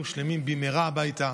של המדינה,